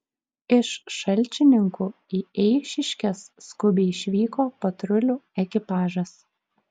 iš šalčininkų į eišiškes skubiai išvyko patrulių ekipažas